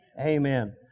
amen